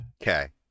Okay